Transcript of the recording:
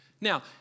Now